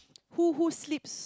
who who sleeps